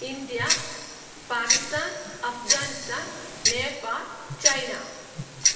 India Pakistan Afghanistan Nepal China